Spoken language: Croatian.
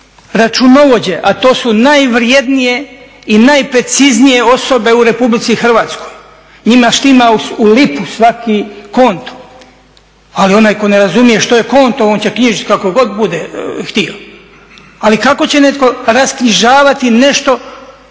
računovođe, a to su najvrjednije i najpreciznije osobe u RH, njima štima u lipu svaki konto? Ali onaj tko ne razumije što je konto on će knjižiti kako god bude htio. Ali kako će netko rasknjižavati nešto